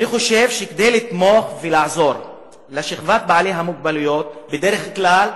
אני חושב שכדי לתמוך ולעזור לשכבת בעלי המוגבלויות בכלל,